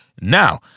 Now